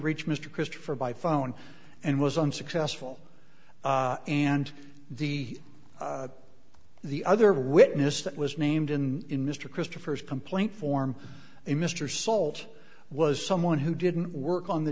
reach mr christopher by phone and was unsuccessful and the the other witness that was named in in mr christopher's complaint form a mr salt was someone who didn't work on the